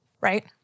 Right